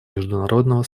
международного